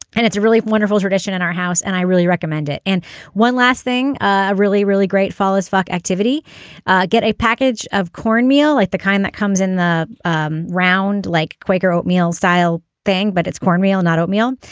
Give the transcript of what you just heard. and it's a really wonderful tradition in our house and i really recommend it. and one last thing a really really great fall as fuck activity get a package of cornmeal like the kind that comes in the um round like quaker oatmeal style thing but it's corn meal not oatmeal.